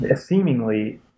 seemingly